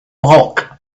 bulk